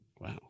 Wow